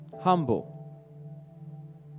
humble